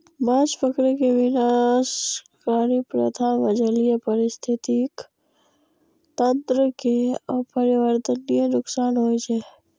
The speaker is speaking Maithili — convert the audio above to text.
माछ पकड़ै के विनाशकारी प्रथा मे जलीय पारिस्थितिकी तंत्र कें अपरिवर्तनीय नुकसान होइ छै